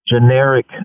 generic